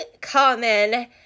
common